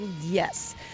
yes